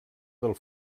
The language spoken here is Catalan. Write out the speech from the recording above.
del